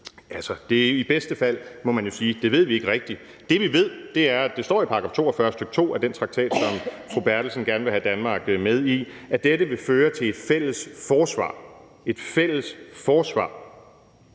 i bedste fald må man jo sige, at det ved vi ikke rigtig. Det, vi ved, er, at der i § 42, stk. 2, står, at den traktat, som fru Anne Valentina Berthelsen gerne vil have Danmark med i, vil føre til et fælles forsvar – et fælles forsvar.